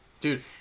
Dude